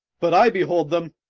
but i behold them.